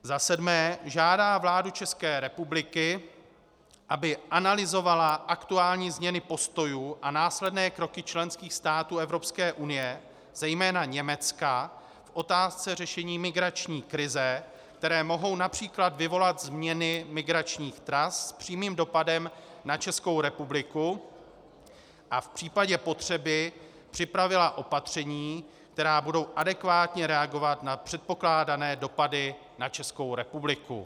VII. žádá vládu České republiky, aby analyzovala aktuální změny postojů a následné kroky členských států Evropské unie, zejména Německa, v otázce řešení migrační krize, které mohou například vyvolat změny migračních tras s přímým dopadem na Českou republiku, a v případě potřeby připravila opatření, která budou adekvátně reagovat na předpokládané dopady na Českou republiku.